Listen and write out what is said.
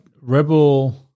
rebel